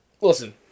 Listen